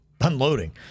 unloading